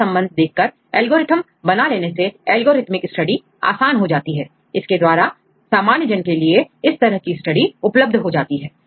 यह संबंध देखकर एल्गोरिथ्म बना लेने से एल्गोरिथमिक स्टडी आसान हो जाती है इसके द्वारा सामान्य जन के लिए इस तरह की स्टडी उपलब्ध हो जाती है